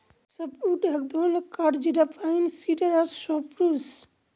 softwood এক ধরনের কাঠ যেটা পাইন, সিডার আর সপ্রুস